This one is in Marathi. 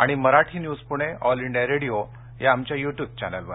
आणि Marathi news Pune All India Radio या आमच्या यट्यब चॅनेलवर